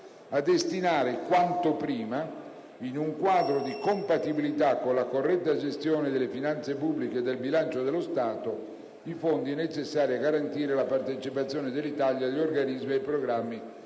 a destinare quanto prima, in un quadro di compatibilità con la corretta gestione delle finanze pubbliche e del bilancio dello Stato, i fondi necessari a garantire la partecipazione dell'Italia agli organismi ed ai programmi